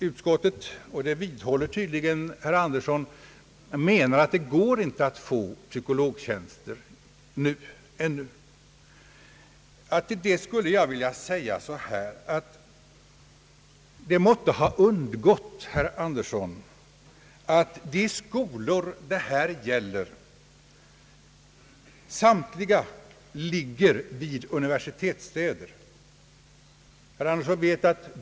Utskottet menar — och det vidhåller tydligen herr Andersson — att det ännu inte är möjligt att få psykologtjänsterter. Till detta skulle jag vilja säga att det måtte ha undgått herr Andersson att samtliga de skolor det här gäller ligger vid universitetsstäder.